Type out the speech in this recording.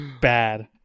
bad